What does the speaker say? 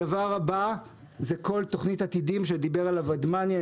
הדבר הבא זה כל תכנית עתידים שדיבר עליה ודמני,